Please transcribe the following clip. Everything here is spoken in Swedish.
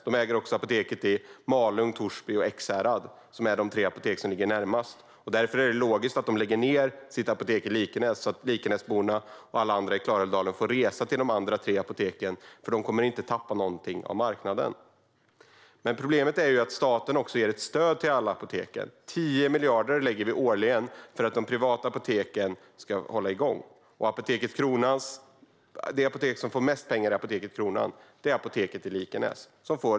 De äger också apoteken i Malung, Torsby och Ekshärad, som är de tre apotek som ligger närmast. Därför är det logiskt att de lägger ned sitt apotek i Likenäs, så att Likenäsborna och alla andra i Klarälvdalen får resa till de andra tre apoteken, för de kommer inte att tappa någonting av marknaden. Men problemet är att staten också ger ett stöd till alla apotek. 10 miljarder lägger vi årligen för att de privata apoteken ska hålla igång. Det apotek som får mest pengar är Kronans Apotek. Det är apoteket i Likenäs.